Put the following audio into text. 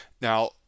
Now